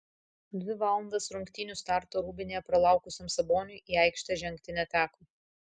dvi valandas rungtynių starto rūbinėje pralaukusiam saboniui į aikštę žengti neteko